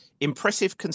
impressive